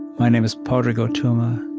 my name is padraig o tuama,